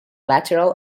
lateral